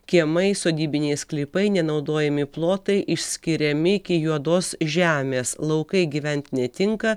kiemai sodybiniai sklypai nenaudojami plotai išskiriami iki juodos žemės laukai gyvent netinka